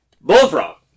Bullfrog